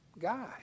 guy